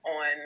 on